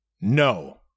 No